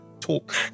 talk